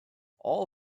all